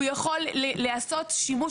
הוא יכול לעשות שימוש,